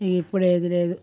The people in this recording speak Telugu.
ఇగ ఇప్పుడు ఏదీ లేదు